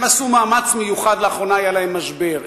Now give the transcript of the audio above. הם עשו מאמץ מיוחד, לאחרונה היה להם משבר.